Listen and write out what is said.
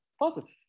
positive